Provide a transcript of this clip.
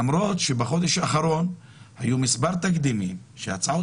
זאת למרות שבחודש האחרון היו מספר תקדימים שבהם הצעות